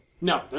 No